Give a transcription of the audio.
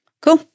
Cool